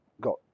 got